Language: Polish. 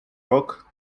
rok